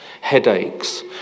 headaches